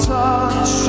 touch